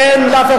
איפה